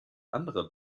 anderer